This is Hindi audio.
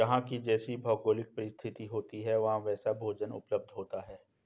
जहां की जैसी भौगोलिक परिस्थिति होती है वहां वैसा भोजन उपलब्ध होता है